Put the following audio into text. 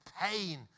pain